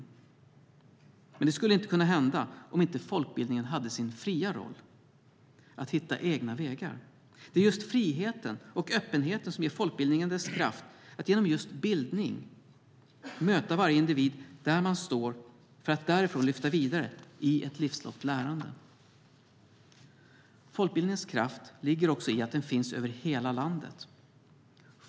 Men detta skulle inte kunna hända om inte folkbildningen hade sin fria roll att hitta egna vägar. Det är friheten och öppenheten som ger folkbildningen dess kraft att genom just bildning möta varje individ där hon står för att därifrån lyfta vidare i ett livslångt lärande. Folkbildningens kraft ligger också i att den finns över hela landet.